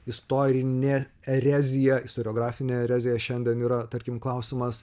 istorinė erezija istoriografinė erezija šiandien yra tarkim klausimas